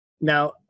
Now